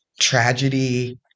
tragedy